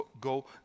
Go